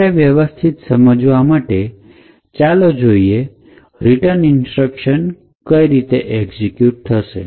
વધારે વ્યવસ્થિત સમજવા ચાલો જોઈએ રીટન ઇન્સ્ટ્રક્શન કઈ રીતે એક્ઝિક્યુટ થશે